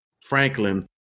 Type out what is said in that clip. Franklin